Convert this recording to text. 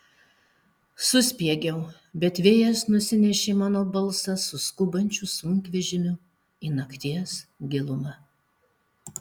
suspiegiau bet vėjas nusinešė mano balsą su skubančiu sunkvežimiu į nakties gilumą